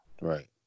Right